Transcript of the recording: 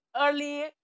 early